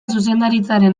zuzendaritzaren